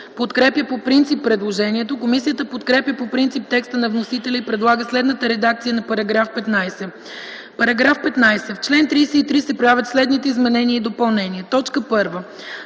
подкрепя по принцип предложението. Комисията подкрепя по принцип текста на вносителя и предлага следната редакция на § 14: „§ 14. В чл. 32 се правят следните изменения и допълнения: 1.